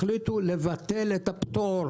החליטו לבטל את הפטור,